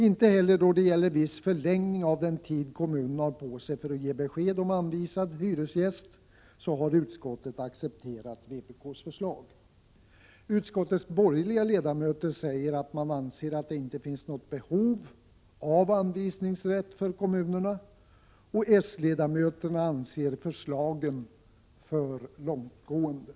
Inte heller då det gäller viss förlängning av den tid kommunen har på sig för att ge besked om anvisad hyresgäst har utskottet accepterat vpk:s förslag. Utskottets borgerliga ledamöter säger att man anser att detinte — Prot. 1987/88:46 finns något behov av anvisningsrätt för kommunerna, och s-ledamöterna 16 december 1987 anser förslagen för långtgående.